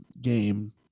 game